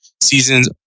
seasons